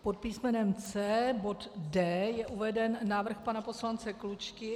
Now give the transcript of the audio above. Pod písmenem C bod D je uveden návrh pana poslance Klučky.